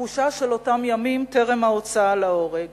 התחושה של אותם ימים טרם ההוצאה להורג.